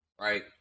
right